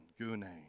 Gune